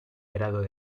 grado